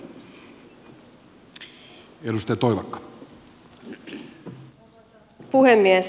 arvoisa puhemies